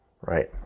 right